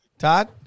Todd